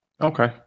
Okay